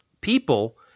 people